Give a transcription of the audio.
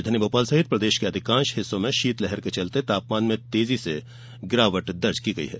राजधानी भोपाल सहित प्रदेश के अधिकांश हिस्से में शीतलहर के चलते तापमान में तेजी से गिरावट दर्ज की जा रही है